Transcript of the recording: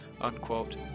unquote